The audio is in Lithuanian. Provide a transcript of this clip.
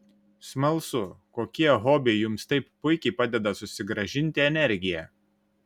smalsu kokie hobiai jums taip puikiai padeda susigrąžinti energiją